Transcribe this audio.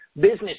business